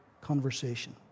conversation